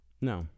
no